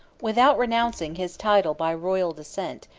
without renouncing his title by royal descent,